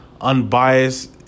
unbiased